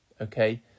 Okay